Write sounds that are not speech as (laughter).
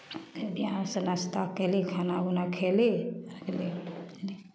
बढ़िआँसँ नाश्ता कयली खाना उना खयली भऽ गेलै (unintelligible)